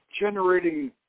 generating